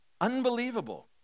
Unbelievable